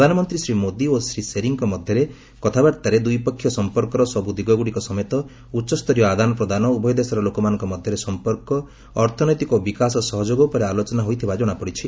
ପ୍ରଧାନମନ୍ତ୍ରୀ ଶ୍ରୀ ମୋଦି ଓ ଶ୍ରୀ ଶେରିଂଙ୍କ ମଧ୍ୟରେ କଥାବାର୍ତ୍ତାରେ ଦ୍ୱିପକ୍ଷୀୟ ସଂପର୍କର ସବୁ ଦିଗଗୁଡ଼ିକ ସମେତ ଉଚ୍ଚସ୍ତରୀୟ ଆଦାନପ୍ରଦାନ ଉଭୟ ଦେଶର ଲୋକମାନଙ୍କ ମଧ୍ୟରେ ସଂପର୍କ ଅର୍ଥନୈତିକ ଓ ବିକାଶ ସହଯୋଗ ଉପରେ ଆଲୋଚନା ହୋଇଥିବା ଜଣାପଡ଼ିଛି